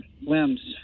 limbs